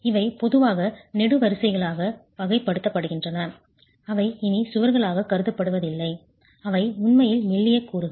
இவை பொதுவாக நெடுவரிசைகளாக வகைப்படுத்தப்படுகின்றன அவை இனி சுவர்களாக கருதப்படுவதில்லை அவை உண்மையில் மெல்லிய கூறுகள்